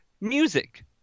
music